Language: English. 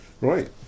Right